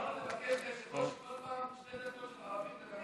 היושב-ראש, אפשר כל פעם שתי דקות ערבית?